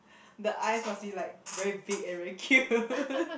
the eyes must be like very big and very cute